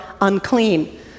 unclean